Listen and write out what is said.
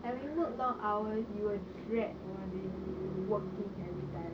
like when you work long hours you will dread working working everytime